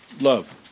love